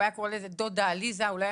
הוא היה קורא לזה דודה עליזה הוא לא היה